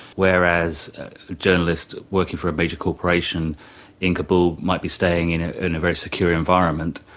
whereas journalists working for a major corporation in kabul might be staying in ah in a very secure environment,